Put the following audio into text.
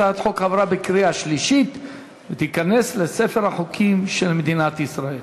הצעת החוק עברה בקריאה שלישית ותיכנס לספר החוקים של מדינת ישראל.